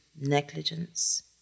negligence